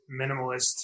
minimalist